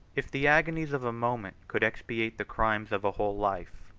if the agonies of a moment could expiate the crimes of a whole life,